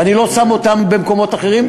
ואני לא שם אותם במקומות אחרים,